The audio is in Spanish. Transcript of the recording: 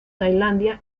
tailandia